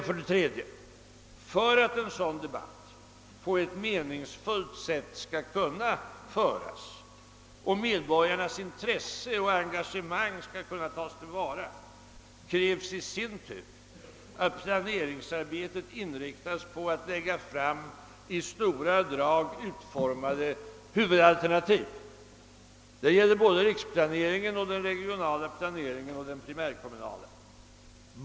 För det tredje: För att en sådan de batt på ett meningsfullt sätt skall kun: na föras och medborgarnas intresse och engagemang tas till vara krävs i sin tur att planeringsarbetet inriktas på att lägga fram i stora drag utformade huvudalternativ. Detta gäller både riksplaneringen, den regionala planeringen och den primärkommunala planeringen.